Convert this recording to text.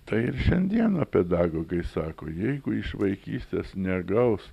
tai ir šiandieną pedagogai sako jeigu iš vaikystės negaus